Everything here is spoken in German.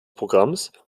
programms